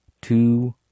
two